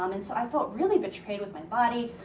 um and so, i felt really betrayed with my body.